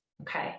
Okay